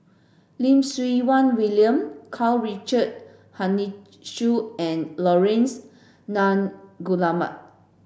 Lim Siew Wai William Karl Richard Hanitsch and Laurence Nunns Guillemard